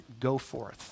Goforth